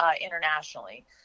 internationally